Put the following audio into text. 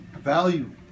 value